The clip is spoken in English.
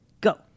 Go